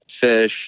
fish